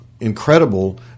incredible